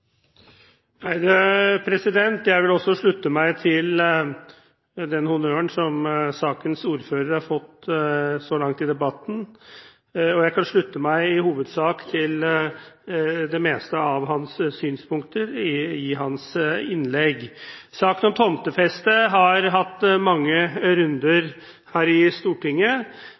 Jeg vil også slutte meg til den honnøren som sakens ordfører har fått så langt i debatten, og jeg kan slutte meg i hovedsak til det meste av hans synspunkter i hans innlegg. Saken om tomtefeste har hatt mange runder her i Stortinget.